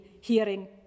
hearing